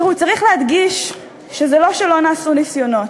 תראו, צריך להדגיש שזה לא שלא נעשו ניסיונות.